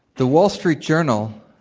the wall street journal,